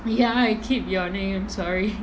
ya I keep yawning sorry